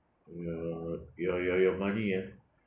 uh your your your money ah